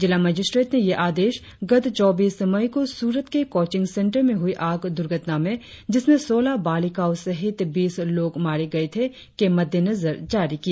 जिला मजिस्ट्रेट ने यह आदेश गत चौबीस मई को सुरत के कोचिंग सेंटर में हुई आग दुर्घटना में जिसमें सोलह बालिकाओं सहित बीस लोग मारे गए थे के मद्देनजर जारी किया